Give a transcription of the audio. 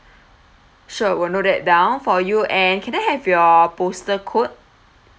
sure will note that down for you and can I have your poster code